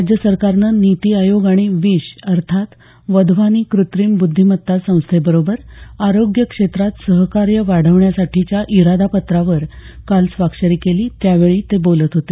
राज्य सरकारनं नीती आयोग आणि विश अर्थात वधवानी कृत्रिम ब्रद्धिमत्ता संस्थेबरोबर आरोग्यक्षेत्रात सहकार्य वाढवण्यासाठीच्या इरादापत्रावर काल स्वाक्षरी केली त्यावेळी ते बोलत होते